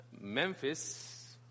Memphis